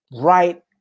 right